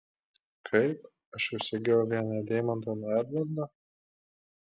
kaip aš jau segėjau vieną deimantą nuo edvardo